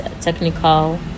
technical